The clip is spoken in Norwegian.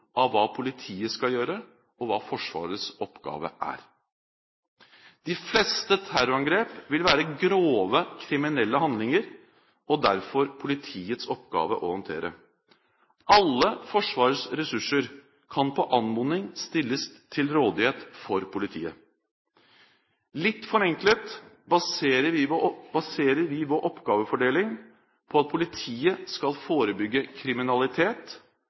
av hva politiet skal gjøre, og hva Forsvarets oppgave er. De fleste terrorangrep vil være grove kriminelle handlinger, og derfor politiets oppgave å håndtere. Alle Forsvarets ressurser kan på anmodning stilles til rådighet for politiet. Litt forenklet baserer vi vår oppgavefordeling på at politiet skal forebygge kriminalitet,